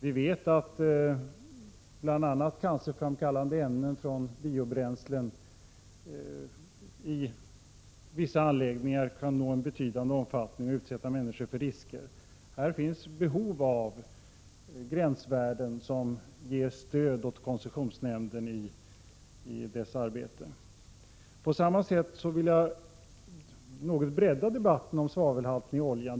Vi vet att bl.a. cancerframkallande ämnen från biobränslen i vissa anläggningar kan nå en betydande omfattning och utsätta människor för risker. Här finns behov av gränsvärden, som ger stöd åt koncessionsnämnden i dess arbete. På samma sätt vill jag något bredda debatten om den svavelhaltiga oljan.